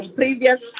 previous